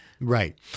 Right